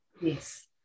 yes